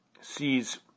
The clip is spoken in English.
sees